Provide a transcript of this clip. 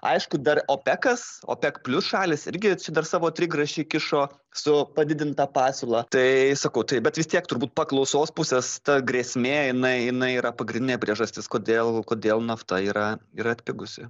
aišku dar opekas opek plius šalys irgi čia dar savo trigrašį įkišo su padidinta pasiūla tai sakau taip bet vis tiek turbūt paklausos pusės ta grėsmė jinai jinai yra pagrindinė priežastis kodėl kodėl nafta yra yra atpigusi